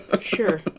Sure